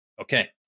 Okay